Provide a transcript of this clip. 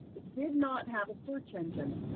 did not have a search engine.